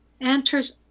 enters